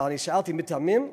אבל אני שאלתי: מטמאים?